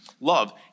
love